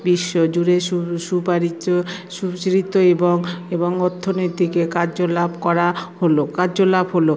বিশ্ব জুড়ে সুপরিচিত সুশ্রিত এবং এবং অথ্যনৈতিক কার্যকলাপ করা হলো কার্যকলাপ হলো